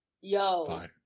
Yo